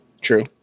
True